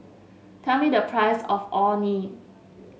tell me the price of Orh Nee